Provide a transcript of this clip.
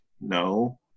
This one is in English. No